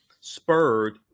spurred